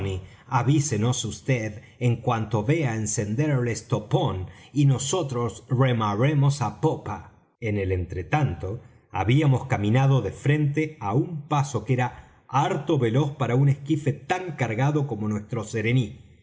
avísenos vd en cuanto vea encender el estopón y nosotros remaremos á popa en el entretanto habíamos caminado de frente á un paso que era harto veloz para un esquife tan cargado como nuestro serení